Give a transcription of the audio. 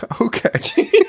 okay